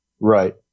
Right